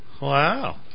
Wow